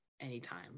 anytime